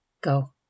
Go